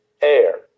air